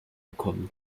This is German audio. bekommen